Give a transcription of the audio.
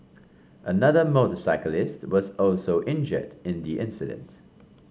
another motorcyclist was also injured in the incident